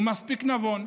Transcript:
הוא מספיק נבון,